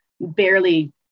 barely